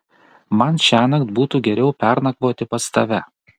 man šiąnakt būtų geriau pernakvoti pas tave